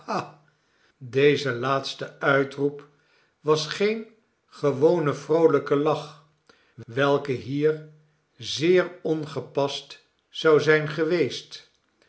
deze laatste uitroep was geen gewone vroolijke lach welke hier zeer ongepast zou zijn geweest